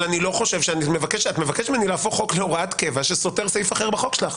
אבל את מבקשת ממני להפוך חוק להוראת קבע שסותר סעיף אחר בחוק שלך.